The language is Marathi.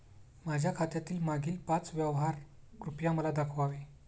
माझ्या खात्यातील मागील पाच व्यवहार कृपया मला दाखवावे